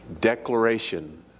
declaration